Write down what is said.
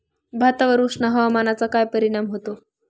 भातावर उष्ण हवामानाचा काय परिणाम होतो?